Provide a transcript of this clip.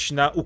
na